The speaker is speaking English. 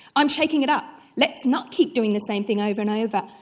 i'm shaking it up. let's not keep doing the same thing over and over.